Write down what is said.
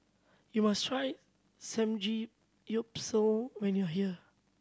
you must try Samgeyopsal when you are here